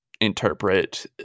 interpret